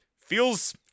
feels